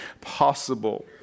possible